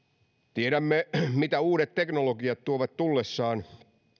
tiedämme mitä uudet teknologiat tuovat tullessaan